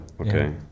Okay